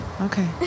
Okay